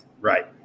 Right